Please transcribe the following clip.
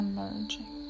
Emerging